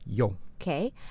okay